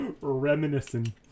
reminiscing